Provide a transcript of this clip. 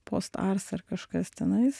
post ars ar kažkas tenais